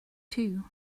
too